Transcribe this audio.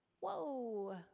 Whoa